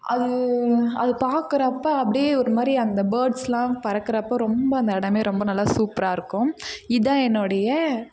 அது அது பார்க்கறப்ப அப்படியே ஒரு மாதிரி அந்த பேர்ட்ஸ்லாம் பறக்கிறப்ப ரொம்ப அந்த இடமே ரொம்ப நல்லா சூப்பராக இருக்கும் இதான் என்னோடைய